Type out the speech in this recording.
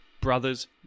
Brothers